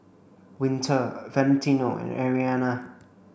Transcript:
Winter Valentino and Arianna